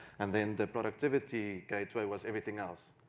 and then the productivity gateway was everything else.